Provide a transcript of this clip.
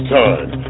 time